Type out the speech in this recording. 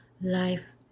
life